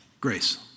grace